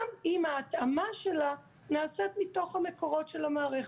גם אם ההתאמה שלה נעשית מתוך המקורות של המערכת.